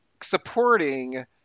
supporting